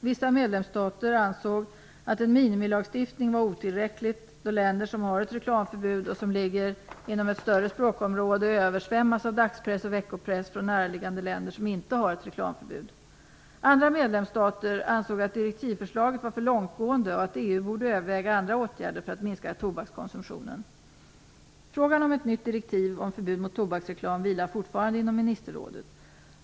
Vissa medlemsstater ansåg att en minimilagstiftning var otillräcklig, då länder som har ett reklamförbud men som ligger inom ett större språkområde översvämmas av dagspress och veckopress från närliggande länder som inte har ett reklamförbud. Andra medlemsstater ansåg att direktivförslaget var för långtgående och att EU borde överväga andra åtgärder för att minska tobakskonsumtionen. Frågan om ett nytt direktiv om förbud mot tobaksreklam vilar fortfarande inom ministerrådet.